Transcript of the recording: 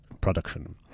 production